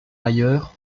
ailleurs